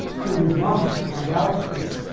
to these lumps that form galaxies,